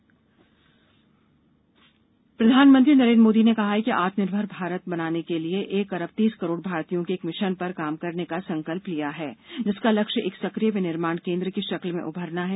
PM साझेदारी प्रधानमंत्री नरेन्द्र मोदी ने कहा है कि आत्मनिर्भर भारत बनाने के लिये एक अरब तीस करोड़ भारतीयों ने एक मिशन पर काम करने का संकल्प लिया है जिसका लक्ष्य एक सक्रिय विनिर्माण केंद्र की शक्ल में उभरना है